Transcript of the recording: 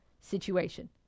situation